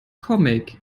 comic